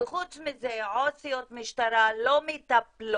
וחוץ מזה עו"סיות משטרה לא מטפלות,